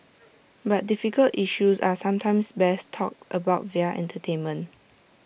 but difficult issues are sometimes best talked about via entertainment